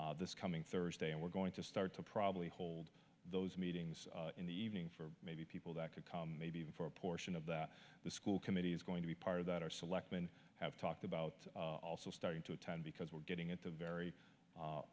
thirty this coming thursday and we're going to start to probably hold those meetings in the evening for maybe people that could come maybe even for a portion of that the school committee is going to be part of that are selectmen have talked about also starting to attend because we're getting into very